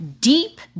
Deep